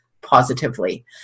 positively